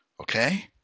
Okay